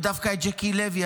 ודווקא את ז'קי לוי,